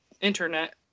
internet